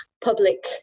public